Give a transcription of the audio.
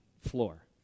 floor